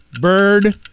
bird